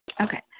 Okay